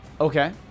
okay